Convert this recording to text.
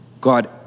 God